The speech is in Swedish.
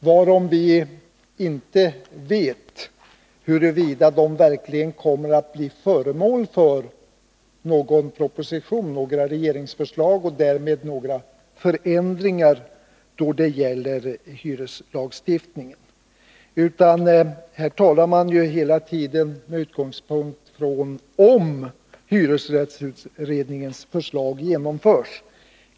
Vi vet inte huruvida dessa förslag verkligen kommer att bli föremål för någon proposition och leda till förändringar i hyreslagstiftningen. Här talar man hela tiden med utgångspunkt i att hyresrättsutredningens förslag genomförs.